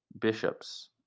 bishops